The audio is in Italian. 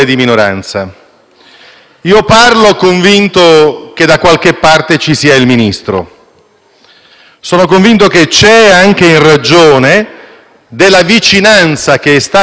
sono convinto che c'è anche in ragione della vicinanza, che è stata garantita durante i lavori della Giunta, la vicinanza dei colleghi che, ho capito,